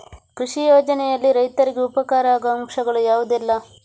ಕೃಷಿ ಯೋಜನೆಯಲ್ಲಿ ರೈತರಿಗೆ ಉಪಕಾರ ಆಗುವ ಅಂಶಗಳು ಯಾವುದೆಲ್ಲ?